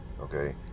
okay